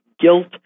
guilt